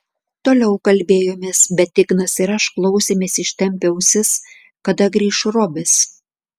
toliau kalbėjomės bet ignas ir aš klausėmės ištempę ausis kada grįš robis